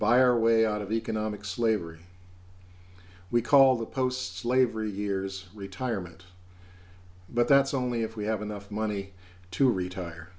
buy our way out of economic slavery we call the post slavery years retirement but that's only if we have enough money to retire